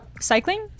cycling